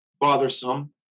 bothersome